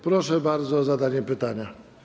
Proszę bardzo o zadanie pytania.